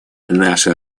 наша